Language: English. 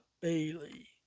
Bailey